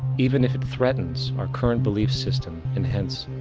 even if it threatens our current belief system and hence,